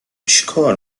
چیکار